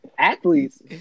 Athletes